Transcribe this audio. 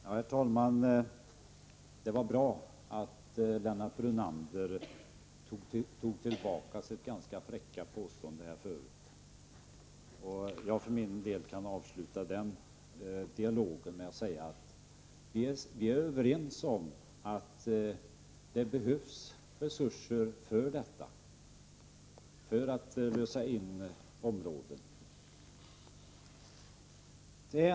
Herr talman! Det var bra att Lennart Brunander tog tillbaka sitt ganska fräcka påstående. Jag kan för min del avsluta den dialogen med att säga att vi är överens om att det behövs resurser för att lösa in detta område.